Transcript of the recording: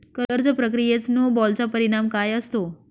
कर्ज प्रक्रियेत स्नो बॉलचा परिणाम काय असतो?